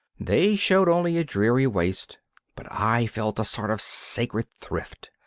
they showed only a dreary waste but i felt a sort of sacred thrift.